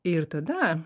ir tada